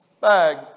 bag